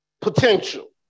potential